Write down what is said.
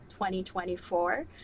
2024